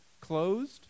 closed